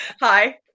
Hi